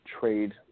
trade